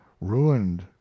ruined